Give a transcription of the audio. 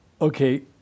okay